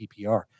PPR